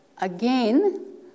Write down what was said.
again